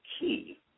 key